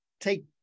take